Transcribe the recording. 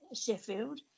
Sheffield